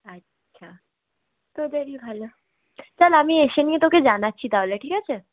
আচ্ছা তোদেরই ভালো চল আমি এসে নিয়ে তোকে জানাচ্ছি তা হলে ঠিক আছে